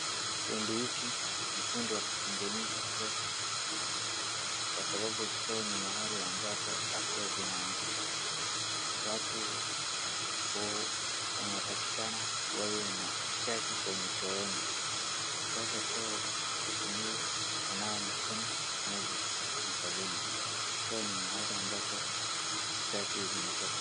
Fundi Wiki ni fundi wakutengeneza choo, kwasababu choo ni mahali ambapo afya zinaanzika. Watu wanatakikana wawe na usafi kwenye chooni, ukitoka choo utumie kunawa mikono maji na sabuni. Choo ni mahali ambapo usafi zinatoka.